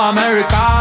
America